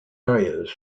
areas